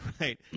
right